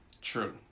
True